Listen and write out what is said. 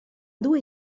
due